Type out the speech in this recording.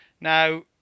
Now